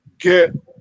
get –